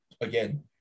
again